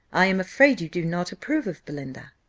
i am afraid you do not approve of belinda.